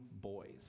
boys